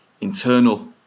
internal